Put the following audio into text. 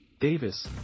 Davis